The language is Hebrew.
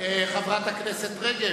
חברת הכנסת רגב,